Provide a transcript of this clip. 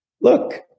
look